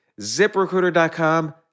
ziprecruiter.com